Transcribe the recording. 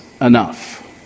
enough